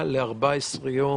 לאחור.